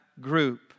group